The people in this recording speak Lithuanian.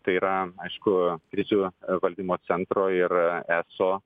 tai yra aišku krizių valdymo centro ir eso